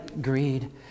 greed